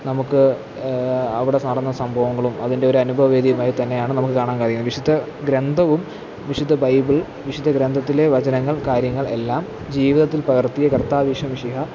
നമുക്ക് അവിടെ നടന്ന സംഭവങ്ങളും അതിന്റെ ഒരു അനുഭവവേദ്യമായി തന്നെയാണ് നമുക്ക് കാണാന് കഴിയുന്നത് വിശുദ്ധ ഗ്രന്ഥവും വിശുദ്ധ ബൈബിള് വിശുദ്ധ ഗ്രന്ഥത്തിലെ വചനങ്ങള് കാര്യങ്ങള് എല്ലാം ജീവിതത്തില് പകര്ത്തിയ കര്ത്താവ് ഈശോ മിശിഹ